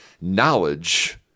knowledge